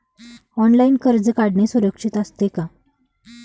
Online कर्ज काढणे सुरक्षित असते का?